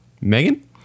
Megan